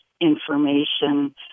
information